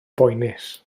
boenus